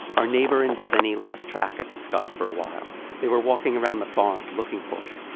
our neighbor and pliny lost track of the skunk for a while. they were walking around the farm, looking for it.